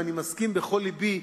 ואני מסכים בכל לבי,